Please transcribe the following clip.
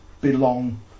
belong